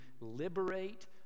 liberate